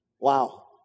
Wow